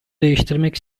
değiştirmek